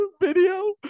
Video